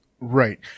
Right